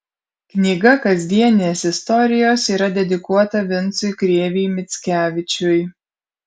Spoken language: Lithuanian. knyga kasdienės istorijos yra dedikuota vincui krėvei mickevičiui